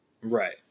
Right